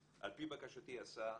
על פי בקשתי עשה מחקר.